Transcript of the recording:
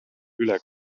üle